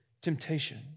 temptation